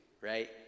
right